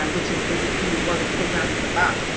ah which is basically what the program is about.